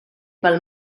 pel